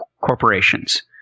corporations